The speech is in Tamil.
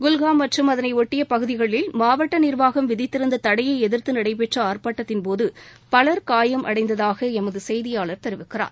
குல்ஹாம் மற்றும் அதனை ஒட்டிய பகுதிகளில் மாவட்ட நிர்வாகம் விதித்திருந்த தடையை எதிர்த்து நடைபெற்ற ஆர்ப்பாட்டத்தின் போது பலர் காயம் அடைந்ததாக எமதுசெய்தியாளர் தெரிவிக்கிறார்